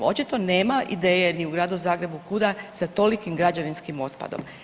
Očito nema ideje ni u Gradu Zagrebu kuda sa tolikim građevinskim otpadom.